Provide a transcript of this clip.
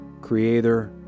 creator